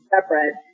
separate